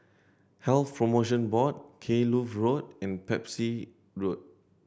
Health Promotion Board Kloof Road and Pepys Road